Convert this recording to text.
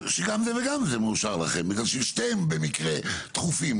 שגם זה וגם זה מאושר לכם בגלל ששניהם במקרה דחופים.